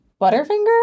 Butterfinger